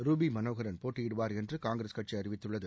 Ruth Manoharan போட்டியிடுவார் என்று காங்கிரஸ் கட்சி அறிவித்துள்ளது